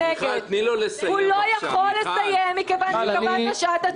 הוא לא יכול לסיים בשעת הצבעה.